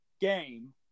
game